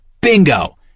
bingo